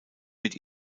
mit